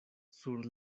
sur